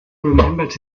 remembered